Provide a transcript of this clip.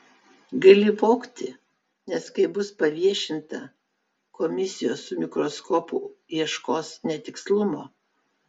gali vogti nes kai bus paviešinta komisijos su mikroskopu ieškos netikslumo